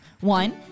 One